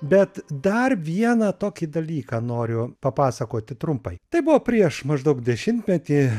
bet dar vieną tokį dalyką noriu papasakoti trumpai tai buvo prieš maždaug dešimtmetį